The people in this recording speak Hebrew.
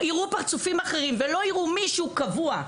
יראו פרצופים אחרים ולא יראו מישהו קבוע,